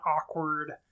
awkward